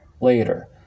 later